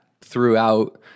throughout